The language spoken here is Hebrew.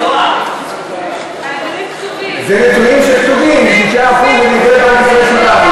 זה נתונים שכתובים: 6%, ולדברי בנק ישראל,